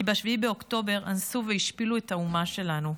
כי ב-7 באוקטובר אנסו והשפילו את האומה שלנו,